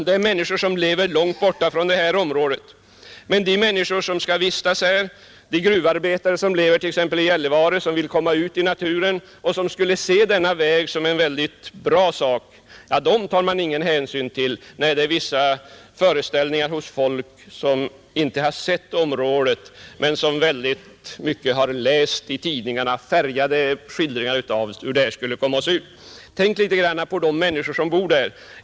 Det är människor som lever långt borta från detta område. Men de människor som skall vistas här, de gruvarbetare som lever t.ex. i Gällivare och som vill komma ut i naturen, skulle se denna väg som en bra sak. Dem tar man ingen hänsyn till, när det gäller vissa föreställningar hos folk som inte sett området men som läst mycket i tidningarna — färgade skildringar av hur det skulle se ut. Tänk litet grand på de människor som bor där uppe!